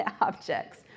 objects